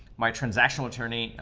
my transactional attorney,